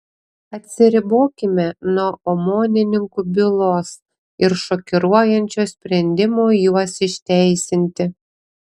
atsiribokime nuo omonininkų bylos ir šokiruojančio sprendimo juos išteisinti